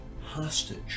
hostage